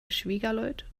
schwiegerleut